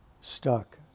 stuck